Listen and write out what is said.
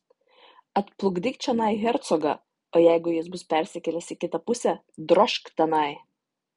atplukdyk čionai hercogą o jeigu jis bus persikėlęs į kitą pusę drožk tenai